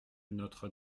notre